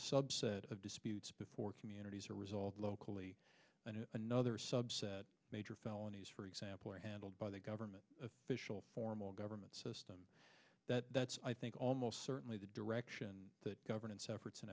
subset of disputes before communities are result locally and another subset major felonies for example are handled by the government official formal government system that's i think almost certainly the direction that governance efforts in